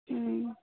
हूँ